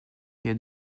quai